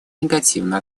негативно